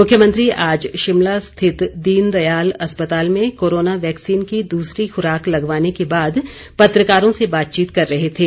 मुख्यमंत्री आज शिमला स्थित दीन दयाल अस्पताल में कोरोना वैक्सीन की दूसरी खुराक लगवाने के बाद पत्रकारों से बातचीत कर रहे थे